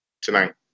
tonight